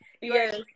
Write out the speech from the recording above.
Yes